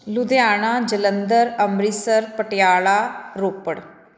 Ludhiana Jalandhar Amritsar Patiala Ropar